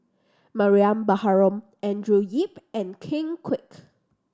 Mariam Baharom Andrew Yip and Ken Kwek